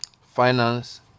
Finance